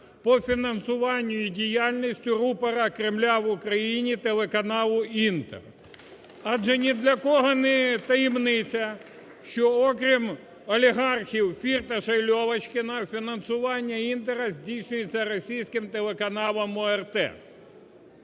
по фінансуванню і діяльності рупора Кремля в Україні – телеканалу "Інтер". (Оплески) Адже ні для кого не таємниця, що окрім олігархів Фірташа і Льовочкіна, фінансування "Інтера" здійснюється російським телеканалом ОРТ.